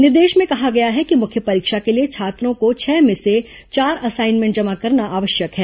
निर्देश में कहा गया है कि मुख्य परीक्षा के लिए छात्रों को छह में से चार असाइनमेंट जमा करना आवश्यक है